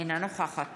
אינה נוכחת